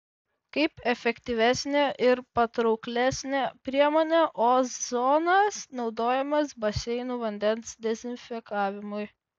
kaip efektyvesnė ir patrauklesnė priemonė ozonas naudojamas baseinų vandens dezinfekavimui